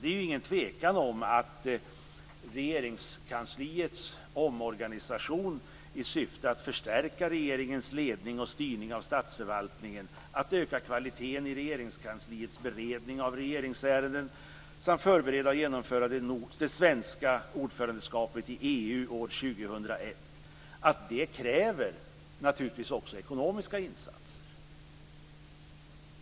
Det är inget tvivel om att Regeringskansliets omorganisation i syfte att förstärka regeringens ledning och styrning av statsförvaltningen, att öka kvaliteten i Regeringskansliets beredning av regeringsärenden samt att förbereda och genomföra det svenska ordförandeskapet i EU år 2001 också kräver ekonomiska insatser.